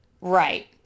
Right